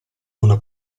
una